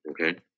Okay